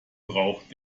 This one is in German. braucht